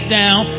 down